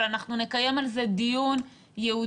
אבל אנחנו נקיים על זה דיון ייעודי,